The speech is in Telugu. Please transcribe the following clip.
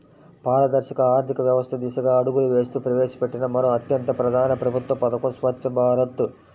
పారదర్శక ఆర్థిక వ్యవస్థ దిశగా అడుగులు వేస్తూ ప్రవేశపెట్టిన మరో అత్యంత ప్రధాన ప్రభుత్వ పథకం స్వఛ్చ భారత్